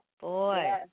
boy